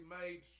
made